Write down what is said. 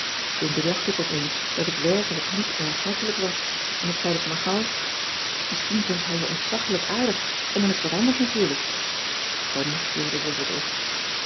toen bedacht ik opeens dat ik werkelijk niet erg hartelijk was en ik zei dus maar gauw misschien vindt hij je ontzaglijk aardig en dan is t wat anders natuurlijk connie fleurde weer wat op